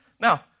Now